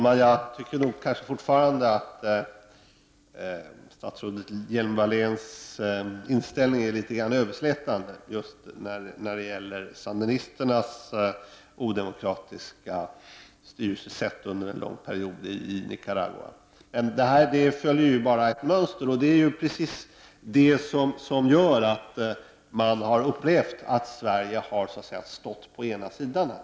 Herr talman! Jag tycker fortfarande att statsrådet Hjelm-Walléns inställning är litet överslätande i fråga om sandinisternas odemokratiska styrelsesätt under en lång period i Nicaragua. Men det följer bara ett mönster, och det är precis detta som gör att man har upplevt Sverige stå på den ena sidan.